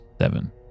Seven